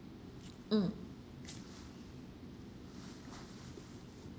mm